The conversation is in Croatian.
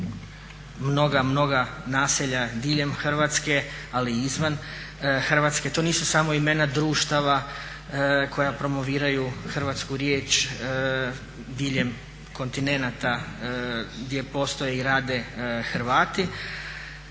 mnoga, mnoga naselja diljem Hrvatske ali i izvan Hrvatske. To nisu samo imena društava koja promoviraju hrvatsku riječ diljem kontinenata gdje postoje i rade Hrvati,